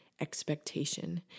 expectation